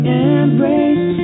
embrace